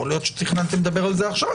יכול להיות שתכננתם לדבר על זה עכשיו,